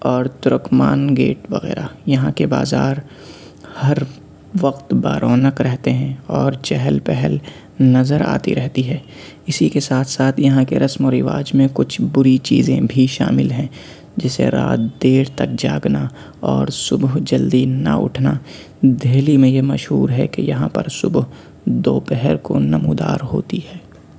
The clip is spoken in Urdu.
اور ترکمان گیٹ وغیرہ یہاں کے بازار ہر وقت بارونق رہتے ہیں اور چہل پہل نظر آتی رہتی ہے اُسی کے ساتھ ساتھ یہاں کے رسم و رواج میں کچھ بری چیزیں بھی شامل ہیں جیسے رات دیر تک جاگنا اور صبح جلدی نہ اٹھنا دہلی میں یہ مشہور ہے کہ یہاں پر صبح دوپہر کو نمودار ہوتی ہے